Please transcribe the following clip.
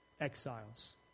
Exiles